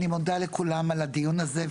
אני מודה לכולם על הדיון הזה,